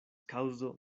kaŭzo